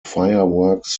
fireworks